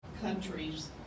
countries